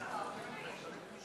אותו.